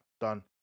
Done